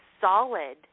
solid